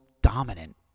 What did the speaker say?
dominant